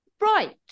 right